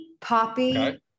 poppy